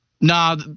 Nah